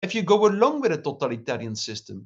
If you go along with the totalitarian system.